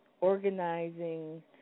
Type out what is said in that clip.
organizing